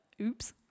oops